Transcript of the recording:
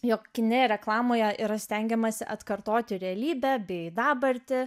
jog kine ir reklamoje yra stengiamasi atkartoti realybę bei dabartį